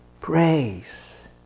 praise